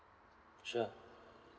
sure